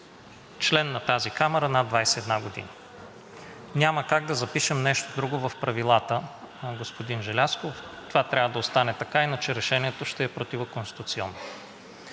член на тази камара, над 21 години. Няма как да запишем нещо друго в правилата, господин Желязков, това трябва да остане така, иначе решението ще е противоконституционно.